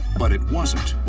but it wasn't.